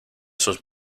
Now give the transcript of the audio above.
sus